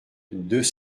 deux